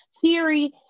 Theory